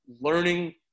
learning